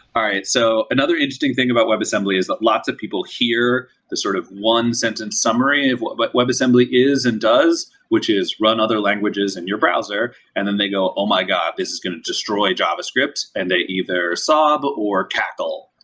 all right. so another thing about webassembly is that lots of people hear the sort of one sentence summary of what but webassembly is and does, which is run other languages in your browser and then they go, oh my god. this is going to destroyed javascript, and they either sob or tackle,